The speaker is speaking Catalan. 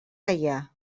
gaià